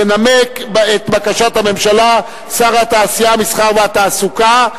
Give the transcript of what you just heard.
ינמק את בקשת הממשלה שר התעשייה, המסחר והתעסוקה.